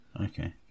Okay